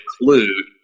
include